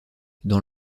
dans